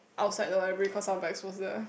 outside the library cause our bag was there